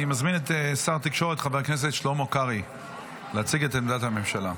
אני מזמין את שר התקשורת חבר הכנסת שלמה קרעי להציג את עמדת הממשלה.